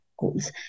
goals